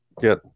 get